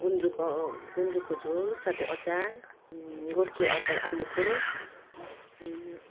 गुन्द्रुक गुन्द्रुकको झोल साथै अचार गोर्खे अचार आलुको